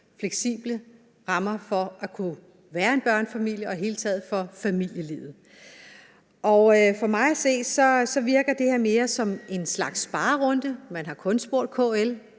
fleksible rammer for at kunne være en børnefamilie og i det hele taget for familielivet. For mig at se virker det her mere som en slags sparerunde. Man har kun spurgt KL.